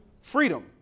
freedom